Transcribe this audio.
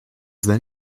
then